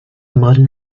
modern